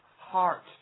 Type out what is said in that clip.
heart